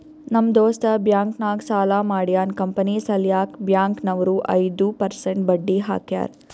ನಮ್ ದೋಸ್ತ ಬ್ಯಾಂಕ್ ನಾಗ್ ಸಾಲ ಮಾಡ್ಯಾನ್ ಕಂಪನಿ ಸಲ್ಯಾಕ್ ಬ್ಯಾಂಕ್ ನವ್ರು ಐದು ಪರ್ಸೆಂಟ್ ಬಡ್ಡಿ ಹಾಕ್ಯಾರ್